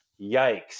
yikes